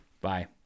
bye